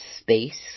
space